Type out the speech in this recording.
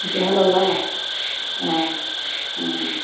তেতিয়াহ'লে ওলাবা অঁ অঁ